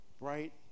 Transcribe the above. right